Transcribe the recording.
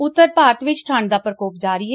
ਉਂਤਰ ਭਾਰਤ ਵਿੱਚ ਠੰਡ ਦਾ ਪੁਕੋਪ ਜਾਰੀ ਏ